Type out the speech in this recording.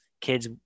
kids